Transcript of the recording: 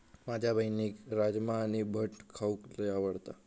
माझ्या बहिणीक राजमा आणि भट खाऊक लय आवडता